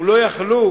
או לא היו יכולים,